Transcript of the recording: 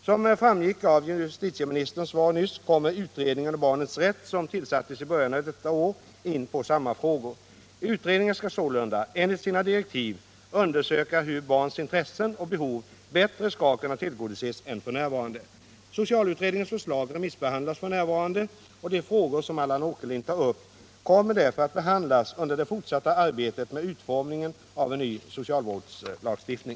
Som framgick av justitieministerns svar nyss kommer utredningen om barnens rätt, som tillsattes i början av detta år, in på samma 13 frågor. Utredningen skall sålunda enligt sina direktiv undersöka hur barns intressen och behov bättre skall kunna tillgodoses än f.n. Socialutredningens förslag remissbehandlas f. n. De frågor som Allan Åkerlind tar upp kommer därför att behandlas under det fortsatta arbetet med utformningen av en ny socialvårdslagstiftning.